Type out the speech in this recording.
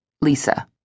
Lisa